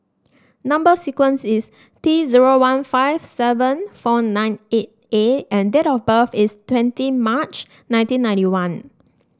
number sequence is T zero one five seven four nine eight A and date of birth is twenty March nineteen ninety one